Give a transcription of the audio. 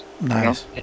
Nice